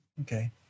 Okay